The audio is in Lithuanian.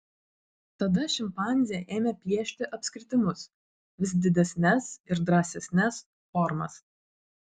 tada šimpanzė ėmė piešti apskritimus vis didesnes ir drąsesnes formas